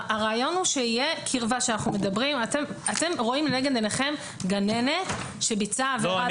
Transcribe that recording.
אתם רואים לנגד עיניכם גננת שביצעה עבירה.